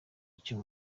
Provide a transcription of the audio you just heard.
icyo